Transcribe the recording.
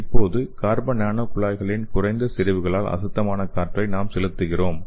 இப்போது carbon nano குழாய்களின் குறைந்த செறிவுகளால் அசுத்தமான காற்றை நாம் செலுத்துகிறோம்